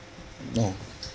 no